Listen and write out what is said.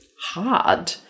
hard